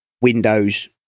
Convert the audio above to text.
Windows